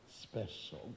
special